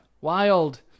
wild